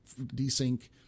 desync